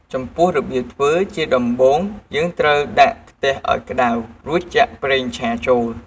ចំពោះរបៀបធ្វើ ជាដំបូងយើងត្រូវដាក់ខ្ទះឱ្យក្តៅ រួចចាក់ប្រេងឆាចូល។